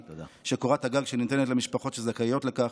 חובתן היא שקורות הגג שניתנת למשפחות שזכאיות לכך,